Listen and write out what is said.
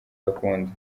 bakunda